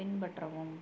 பின்பற்றவும்